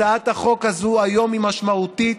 הצעת החוק הזו היום היא משמעותית,